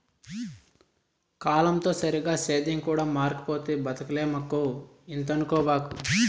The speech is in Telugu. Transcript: కాలంతో సరిగా సేద్యం కూడా మారకపోతే బతకలేమక్కో ఇంతనుకోబాకు